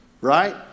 right